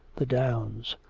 the downs.